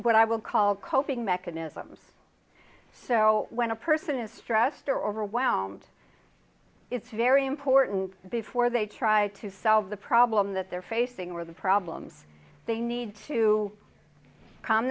what i will call coping mechanisms so when a person is stressed or overwhelmed it's very important before they try to solve the problem that they're facing or the problems they need to calm